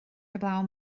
heblaw